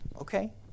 Okay